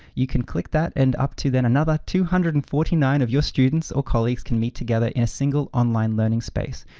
you can click that and up to then another two hundred and forty nine of your students or colleagues can meet together in a single online learning space,